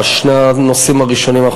חלש לעומת הנושאים הראשונים,